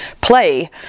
play